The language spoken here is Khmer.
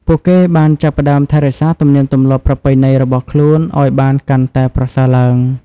ពួកគេបានចាប់ផ្តើមថែរក្សាទំនៀមទម្លាប់ប្រពៃណីរបស់ខ្លួនឱ្យបានកាន់តែប្រសើរឡើង។